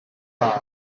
bach